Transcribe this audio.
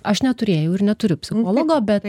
aš neturėjau ir neturiu psichologo bet